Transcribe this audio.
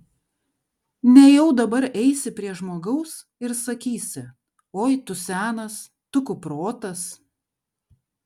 nejau dabar eisi prie žmogaus ir sakysi oi tu senas tu kuprotas